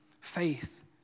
Faith